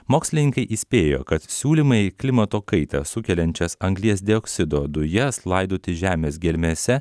mokslininkai įspėjo kad siūlymai klimato kaitą sukeliančias anglies dioksido dujas laidoti žemės gelmėse